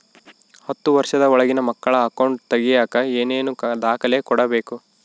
ಹತ್ತುವಷ೯ದ ಒಳಗಿನ ಮಕ್ಕಳ ಅಕೌಂಟ್ ತಗಿಯಾಕ ಏನೇನು ದಾಖಲೆ ಕೊಡಬೇಕು?